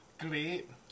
great